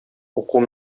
уку